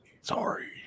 Sorry